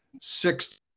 six